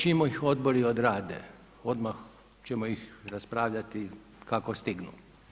Čim ih odbori odrade odmah ćemo ih raspravljati kako stignu.